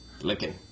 Licking